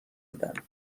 بدن